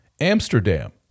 Amsterdam